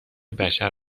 بشر